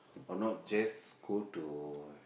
or not just go to